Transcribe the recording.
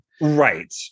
Right